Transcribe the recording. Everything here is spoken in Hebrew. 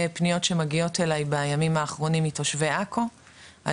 פניות שמגיעות אליי בימים האחרונים מתושבי עכו על